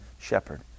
shepherd